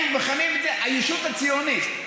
הישות הציונית,